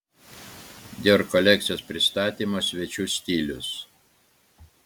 dior kolekcijos pristatymo svečių stilius